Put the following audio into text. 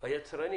היצרנים